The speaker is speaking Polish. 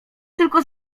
tylko